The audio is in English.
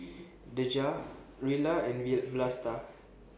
Dejah Rilla and Vlasta